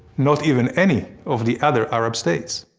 not even any of the other arab states.